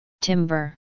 timber